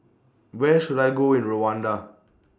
Where should I Go in Rwanda